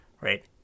right